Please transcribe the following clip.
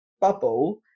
bubble